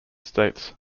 states